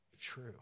true